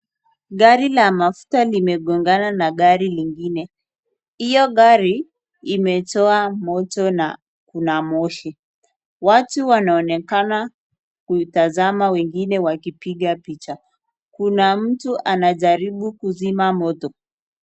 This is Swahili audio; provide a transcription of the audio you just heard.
Gari la mafuta limegongana na gari lingine. Hiyo gari imetoa moto na kuna moshi. Watu wanaonekana kuutazama wengine wakipiga picha. Kuna mtu anajaribu kuzima moto.